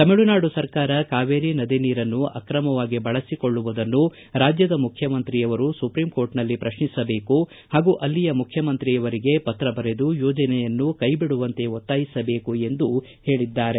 ತಮಿಳುನಾಡು ಸರ್ಕಾರ ಕಾವೇರಿ ನದಿ ನೀರನ್ನು ಆಕ್ರಮವಾಗಿ ಬಳಸಿಳುವುದನ್ನು ರಾಜ್ಯದ ಮುಖ್ಯಮಂತ್ರಿಯವರು ಸುಪ್ರೀಮ್ ಕೋರ್ಟ್ನಲ್ಲಿ ಪ್ರಶ್ನಿಸಬೇಕು ಹಾಗೂ ಅಲ್ಲಿಯ ಮುಖ್ತಮಂತ್ರಿಯವರಿಗೆ ಪತ್ರಬರೆದು ಯೋಜನೆಯನ್ನು ಕೈಬಿಡುವಂತೆ ಒತ್ತಾಯಿಸಬೇಕು ಎಂದೂ ಹೇಳಿದ್ದಾರೆ